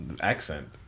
accent